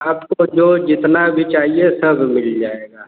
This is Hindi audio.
आपको जो जितना भी चाहिए सब मिल जाएगा